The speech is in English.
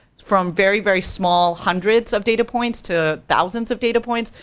from very very small, hundreds of data points, to thousands of data points.